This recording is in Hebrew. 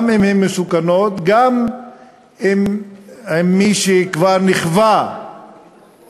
גם אם הן מסוכנות, גם עם מי שהוא כבר נכווה ממנו,